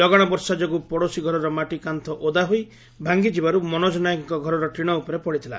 ଲଗାଣ ବର୍ଷା ଯୋଗୁଁ ପଡ଼ୋଶୀ ଘରର ମାଟି କାନ୍ତ ଓଦା ହୋଇ ଭାଗି ଯିବାରୁ ମନୋଜ ନାୟକଙ୍କ ଘରର ଟିଶ ଉପରେ ପଡ଼ିଥିଲା